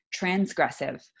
Transgressive